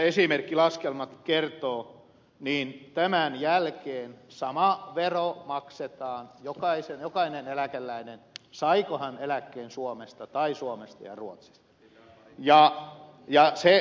niin kuin esimerkkilaskelmat kertovat tämän jälkeen jokainen eläkeläinen maksaa saman veron saipa hän eläkkeen suomesta tai suomesta ja ruotsista